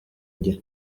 igihe